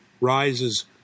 rises